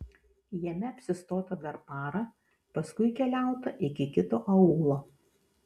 jame apsistota dar parą paskui keliauta iki kito aūlo